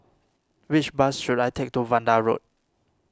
which bus should I take to Vanda Road